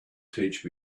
teach